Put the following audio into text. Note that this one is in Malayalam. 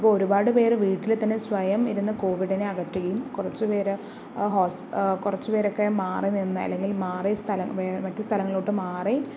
അപ്പോൾ ഒരുപാടു പേര് വീട്ടിൽ തന്നെ സ്വയം ഇരുന്നു കോവിഡിനെ അകറ്റുകയും കുറച്ചുപേർ കുറച്ചു പേരൊക്കെ മാറി നിന്ന് അല്ലെങ്കിൽ മാറി മറ്റു സ്ഥലങ്ങളിലോട്ടൊക്കെ മാറി